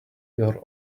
your